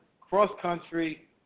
cross-country